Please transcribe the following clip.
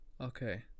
Okay